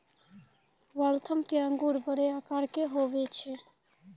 Waltham के अंगूर बड़ो आकार के हुवै छै